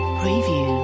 preview